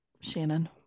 shannon